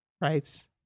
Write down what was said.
Right